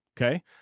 okay